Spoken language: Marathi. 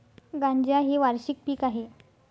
गांजा हे वार्षिक पीक आहे